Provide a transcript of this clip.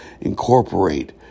incorporate